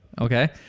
Okay